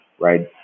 right